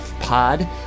Pod